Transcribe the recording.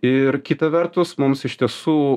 ir kita vertus mums iš tiesų